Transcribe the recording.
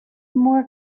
more